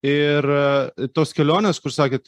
ir tos kelionės kur sakėt